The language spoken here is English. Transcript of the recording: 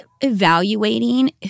evaluating